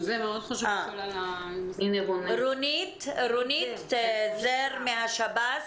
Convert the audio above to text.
רונית זר מהשב"ס.